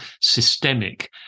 systemic